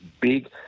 big